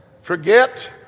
forget